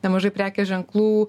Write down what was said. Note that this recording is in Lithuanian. nemažai prekės ženklų